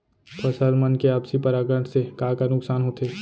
फसल मन के आपसी परागण से का का नुकसान होथे?